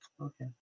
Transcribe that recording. Okay